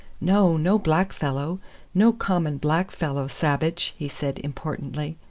no, no black fellow no common black fellow sabbage, he said importantly.